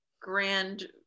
grand